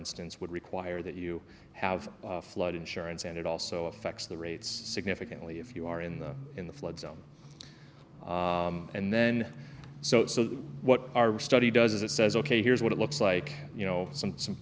instance would require that you have flood insurance and it also affects the rates significantly if you are in the in the flood zone and then so what our study does is it says ok here's what it looks like you know some some